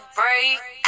break